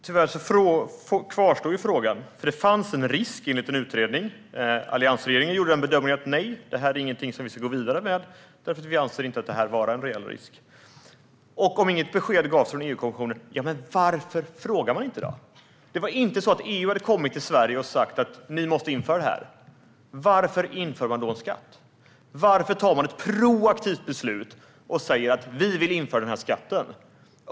Herr talman! Tyvärr kvarstår frågan. Det fanns en risk enligt en utredning. Alliansregeringen gjorde bedömningen att man inte skulle gå vidare med det eftersom man ansåg att det inte var en reell risk. Om inget besked gavs från EU-kommissionen, varför frågade man inte? EU hade inte kommit till Sverige och sagt att vi måste införa detta. Varför införde man då en skatt? Varför tog man ett proaktivt beslut och införde denna skatt?